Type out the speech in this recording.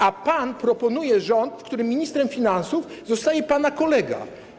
A pan proponuje rząd, w którym ministrem finansów zostaje pana kolega.